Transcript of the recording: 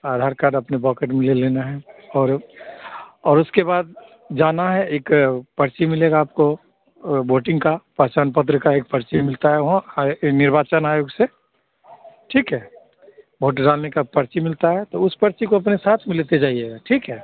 आधार card अपने pocket में ले लेना है और और उसके बाद जाना है एक पर्ची मिलेगा आपको वोटिंग का पहचान पत्र की एक पर्ची मिलती है वहाँ आए निर्वाचन आयोग से ठीक है वोट डालने की पर्ची मिलती है तो उस पर्ची को अपने साथ में लेते जाइएगा ठीक है